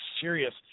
serious